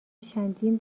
چندین